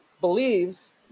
believes